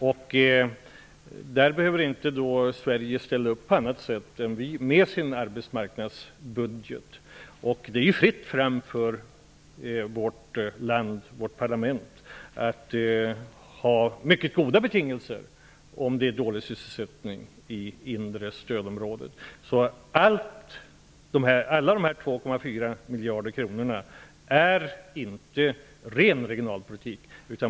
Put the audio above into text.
Sverige behöver inte ställa upp med något annat än med sin arbetsmarknadsbudget. Det är fritt fram för vårt parlament att ha mycket goda betingelser om det är dålig sysselsättning i det inre stödområdet. Dessa 2,4 miljarder kronor går alltså inte bara till ren regionalpolitik.